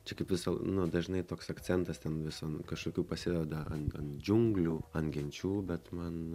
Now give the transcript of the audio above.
čia kaip visa nu dažnai toks akcentas ten viso kašokių pasideda an an džiunglių an genčių bet man